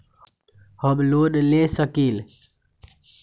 हम लोन ले सकील?